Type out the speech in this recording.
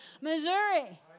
Missouri